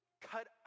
Cut